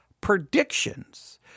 predictions